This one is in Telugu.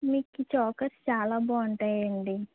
మీకు ఈ చోకర్స్ చాలా బాగుంటాయండి